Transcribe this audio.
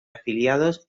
afiliados